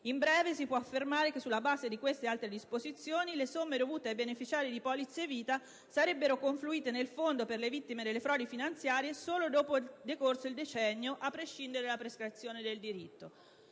In breve, si può affermare che sulla base di queste e di altre disposizioni le somme dovute ai beneficiari di polizze vita sarebbero confluite nel fondo per le vittime delle frodi finanziarie solo decorso il decennio, a prescindere dalla prescrizione del diritto.